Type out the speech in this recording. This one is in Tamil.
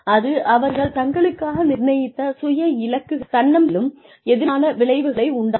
அது அவர்கள் தங்களுக்காக நிர்ணயித்த சுய இலக்குகளிலும் தன்னம்பிக்கையிலும் எதிர்மறையான விளைவுகளை உண்டாக்கும்